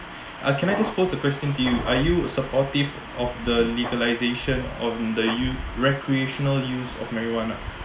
uh can I just pose a question to you are you supportive of the legalisation of the u~ recreational use of marijuana